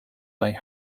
they